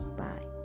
bye